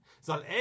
Soll